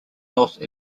north